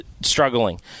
struggling